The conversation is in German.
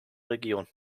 region